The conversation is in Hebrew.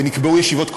ונקבעו ישיבות.